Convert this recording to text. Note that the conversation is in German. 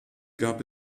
gab